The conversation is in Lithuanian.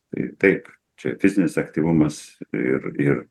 tai taip čia fizinis aktyvumas ir ir